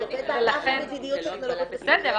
היא עובדת על --- מדיניות טכנולוגיות -- בסדר,